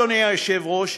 אדוני היושב-ראש,